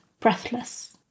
Breathless